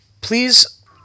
please